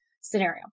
scenario